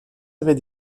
avait